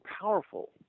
powerful